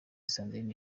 sandrine